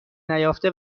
نیافته